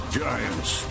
giants